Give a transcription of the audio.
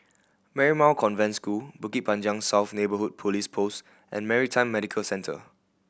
Marymount Convent School Bukit Panjang South Neighbourhood Police Post and Maritime Medical Centre